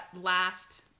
last